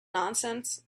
nonsense